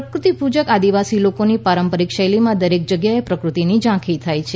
પ્રકૃતિ પૂજક આદિવાસી લોકોની પારંપરિક શૈલીમાં દરેક જગ્યાએ પ્રકૃતિની ઝાંખી થાય છે